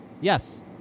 yes